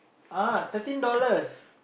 ah thirteen dollars